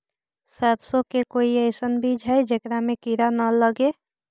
सरसों के कोई एइसन बिज है जेकरा में किड़ा न लगे?